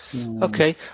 Okay